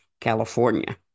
California